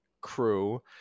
crew